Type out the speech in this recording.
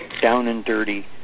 down-and-dirty